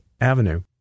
Avenue